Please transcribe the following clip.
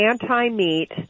anti-meat